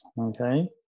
Okay